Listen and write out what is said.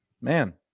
man